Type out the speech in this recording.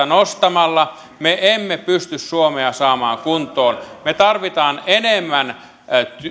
nostamalla me emme pysty suomea saamaan kuntoon me tarvitsemme